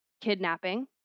kidnapping